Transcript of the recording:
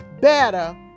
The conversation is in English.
better